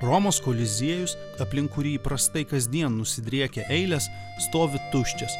romos koliziejus aplink kurį įprastai kasdien nusidriekia eilės stovi tuščias